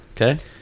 Okay